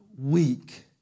weak